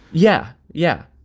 yeah yeah.